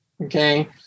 Okay